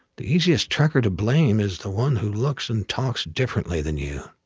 the easiest trucker to blame is the one who looks and talks differently than you.